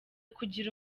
kugira